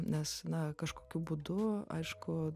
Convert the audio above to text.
nes na kažkokiu būdu aišku